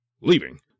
Leaving